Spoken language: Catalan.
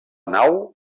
nau